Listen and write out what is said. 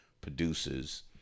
producers